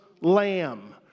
Lamb